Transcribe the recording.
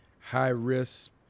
high-risk